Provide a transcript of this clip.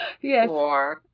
yes